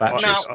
Now